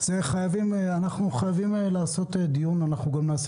אנחנו חייבים לקיים דיון וגם נקיים